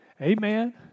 Amen